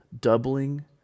doubling